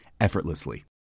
effortlessly